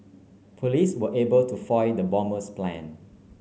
police were able to foil the bomber's plan